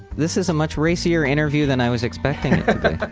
this is a much racier interview than i was expecting but